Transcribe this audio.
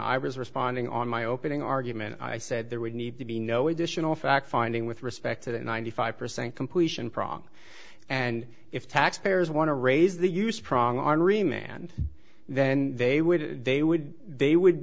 i was responding on my opening argument i said there would need to be no additional fact finding with respect to that ninety five percent completion prong and if taxpayers want to raise the use prong armory man then they would they would they would